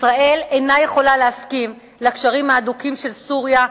ישראל אינה יכולה להסכים לקשרים ההדוקים של סוריה,